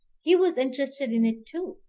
he was interested in it too,